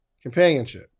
companionship